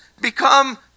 become